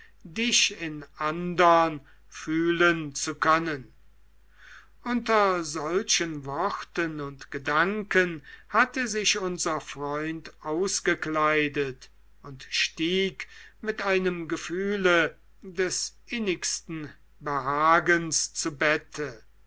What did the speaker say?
dich in andern fühlen zu können unter solchen worten und gedanken hatte sich unser freund ausgekleidet und stieg mit einem gefühle des innigsten behagens zu bette